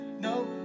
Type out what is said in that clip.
no